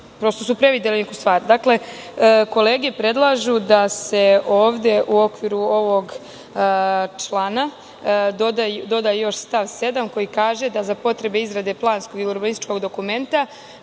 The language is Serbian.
prosto su prevideli neku stvar. Dakle, kolege predlažu da se ovde u okviru ovog člana doda još stav 7. koji kaže – za potrebe izrade planskog i urbanističkog dokumenta,